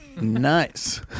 Nice